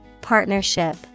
Partnership